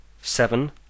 Seven